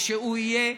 ושהוא יהיה,